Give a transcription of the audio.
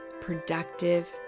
Productive